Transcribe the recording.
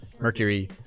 Mercury